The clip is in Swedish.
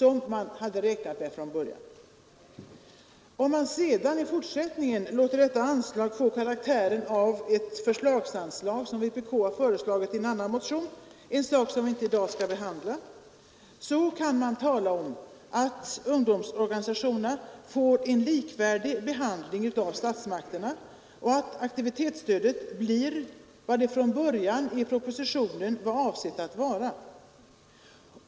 Om man sedan i fortsättningen låter anslaget få karaktären av förslagsanslag, som vpk har föreslagit i en annan motion — en sak som vi inte i dag skall behandla — kan man tala om att ungdomsorganisationerna får en likvärdig behandling av statsmakterna och att aktivitetsstödet blir vad det från början i propositionen var avsett att vara.